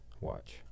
Watch